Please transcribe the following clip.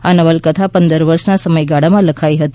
આ નવલકથા પંદર વર્ષના સમયગાળામાં લખાઈ હતી